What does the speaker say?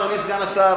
אדוני סגן השר,